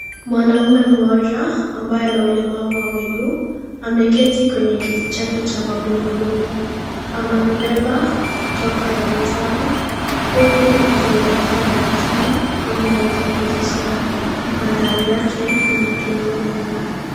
Mwanaume mmoja ambaye ana ulemavu wa miguu. Ameketi kwenye kiti chake cha magurudumu. Amavibeba matopa ya vitabu, huku akielekea darasani ili aweze kuzisoma. Mandhari yake ni matulivu mno.